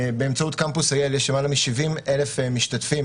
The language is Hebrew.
באמצעות קמפוס IL יש למעלה מ-70,000 משתתפים